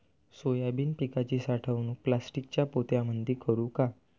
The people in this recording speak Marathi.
सोयाबीन पिकाची साठवणूक प्लास्टिकच्या पोत्यामंदी करू का?